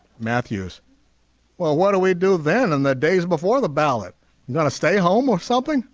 matthews well what do we do then and the days before the ballot you gonna stay home or something